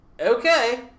Okay